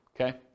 Okay